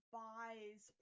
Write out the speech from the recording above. buys